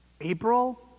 April